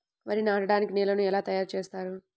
వరి నాటడానికి నేలను ఎలా తయారు చేస్తారు?